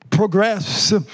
Progress